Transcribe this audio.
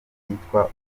yitwa